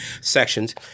sections